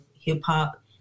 hip-hop